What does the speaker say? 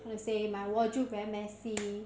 how to say my wardrobe very messy